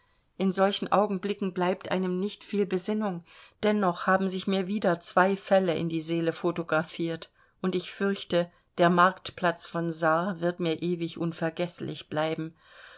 in solchen augenblicken bleibt einem nicht viel besinnung dennoch haben sich mir wieder zwei fälle in die seele photographiert und ich fürchte der marktplatz von saar wird mir ewig unvergeßlich bleiben